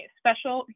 special